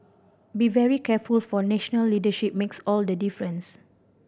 be very careful for national leadership makes all the difference